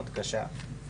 מאוד קשה,